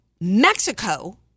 Mexico